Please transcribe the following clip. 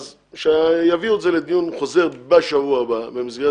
אז שיביאו את זה לדיון חוזר בשבוע הבא במסגרת